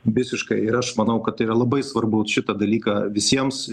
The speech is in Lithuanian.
visiškai ir aš manau kad tai yra labai svarbu šitą dalyką visiems